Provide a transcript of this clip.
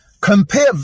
Compare